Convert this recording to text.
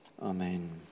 Amen